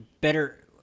better –